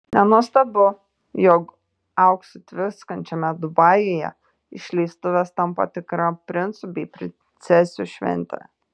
nenuostabu jog auksu tviskančiame dubajuje išleistuvės tampa tikra princų bei princesių švente